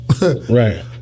Right